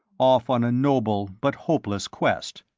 off on a noble but hopeless quest.